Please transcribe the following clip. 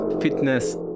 fitness